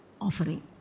offering